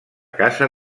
casa